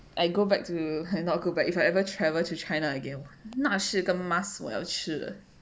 I go back to not go back if you ever travel to china again 那是个 must 我要吃的